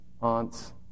aunts